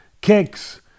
kicks